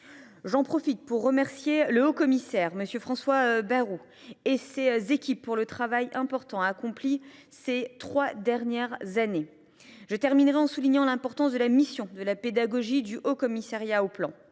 J’en profite pour remercier le haut commissaire, M. François Bayrou, et ses équipes de l’important travail accompli ces trois dernières années. Je terminerai en soulignant l’importance de la mission de pédagogie du Haut Commissariat au plan.